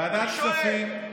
אתה לא מתבייש?